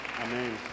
Amen